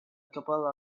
couple